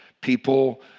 people